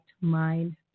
mind